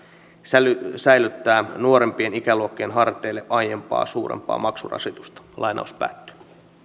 sälyttää sälyttää nuorempien ikäluokkien harteille aiempaa suurempaa maksurasitusta